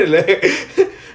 ya